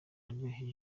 aryoheye